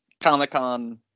comic-con